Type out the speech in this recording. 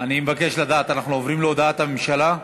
אני מבקש לדעת, אנחנו עוברים להודעת הממשלה?